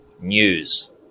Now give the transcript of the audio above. news